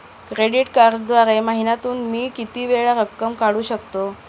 Credit कार्डद्वारे महिन्यातून मी किती वेळा रक्कम काढू शकतो?